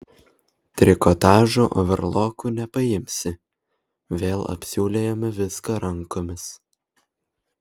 trikotažo overloku nepaimsi vėl apsiūlėjome viską rankomis